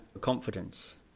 confidence